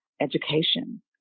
education